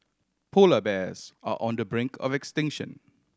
polar bears are on the brink of extinction